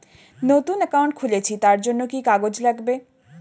নতুন অ্যাকাউন্ট খুলছি তার জন্য কি কি কাগজ লাগবে?